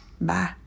Bye